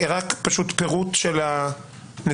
רק פשוט פירוט של הנתונים.